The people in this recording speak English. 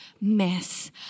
mess